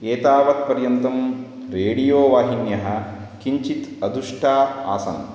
एतावत्पर्यन्तं रेडियो वाहिन्यः किञ्चित् अदुष्टाः आसन्